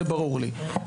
זה ברור לי.